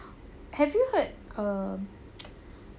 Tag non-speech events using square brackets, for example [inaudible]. have you heard um [noise]